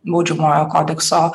baudžiamojo kodekso